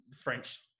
French